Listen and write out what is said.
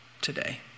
today